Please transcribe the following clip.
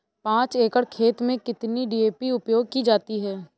पाँच एकड़ खेत में कितनी डी.ए.पी उपयोग की जाती है?